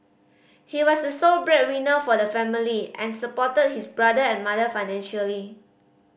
he was the sole breadwinner for the family and supported his brother and mother financially